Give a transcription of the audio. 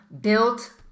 built